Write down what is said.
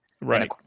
Right